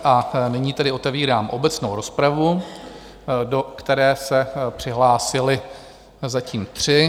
A nyní tedy otevírám obecnou rozpravu, do které se přihlásili zatím tři.